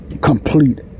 complete